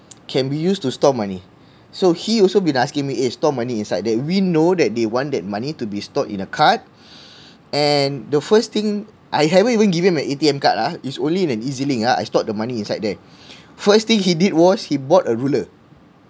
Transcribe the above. can be used to store money so he also been asking me eh store money inside there we know that they want that money to be stored in a card and the first thing I haven't even given him an A_T_M card ah it's only an E_Z link ah I stored the money inside there first thing he did was he bought a ruler